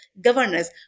governors